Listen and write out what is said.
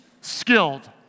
skilled